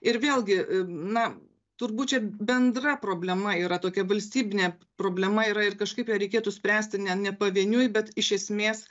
ir vėlgi na turbūt čia bendra problema yra tokia valstybinė problema yra ir kažkaip ją reikėtų spręsti ne ne pavieniui bet iš esmės